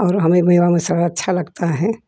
और हमें मेवा मसाला अच्छा लगता है